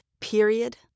Period